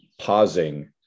pausing